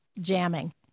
jamming